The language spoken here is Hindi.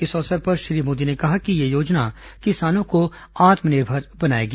इस अवसर पर श्री मोदी ने कहा कि यह योजना किसानों को आत्मनिर्भर बनाएगी